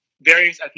various